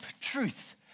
truth